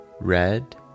Red